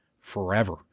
forever